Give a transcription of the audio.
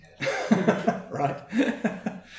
right